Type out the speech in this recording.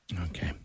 Okay